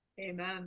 Amen